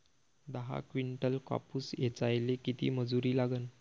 दहा किंटल कापूस ऐचायले किती मजूरी लागन?